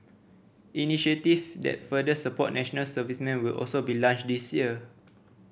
initiative that further support national servicemen will also be launched this year